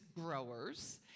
growers